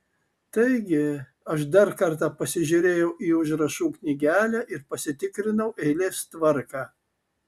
taigi aš dar kartą pasižiūrėjau į užrašų knygelę ir pasitikrinau eilės tvarką